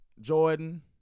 Jordan